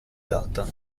data